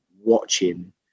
watching